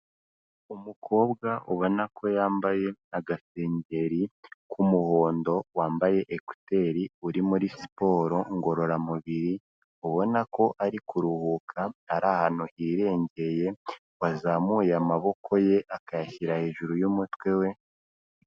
Umukobwa ubona ko yambaye agasengeri k'umuhondo, wambaye ekuteri uri muri siporo ngororamubiri, ubona ko ari kuruhuka ari ahantu hirengeye wazamuye amaboko ye akayashyira hejuru y'umutwe we.